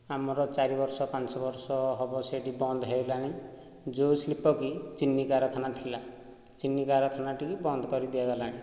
ଆମର ଚାରି ବର୍ଷ ପାଞ୍ଚ ବର୍ଷ ହେବ ସେହିଠି ବନ୍ଦ ହୋଇଗଲାଣି ଯେଉଁ ଶିଳ୍ପ କି ଚିନି କାରଖାନା ଥିଲା ଚିନି କାରଖାନାଟି ବନ୍ଦ କରି ଦିଆଗଲାଣି